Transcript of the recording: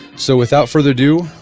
so without further due,